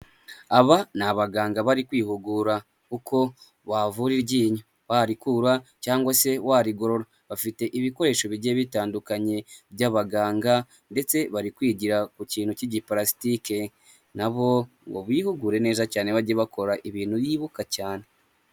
Aba ni abaganga bari kwihugura uko wavura iryinyo warikura cyangwa se warigorora. Bafite ibikoresho bigiye bitandukanye by'abaganga ndetse bari kwigira ku kintu cy'igipalasitike . Nabo ngo bihugure neza cyane bajye bakora ibintu bibuka cyane.